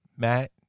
Matt